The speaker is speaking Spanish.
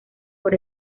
por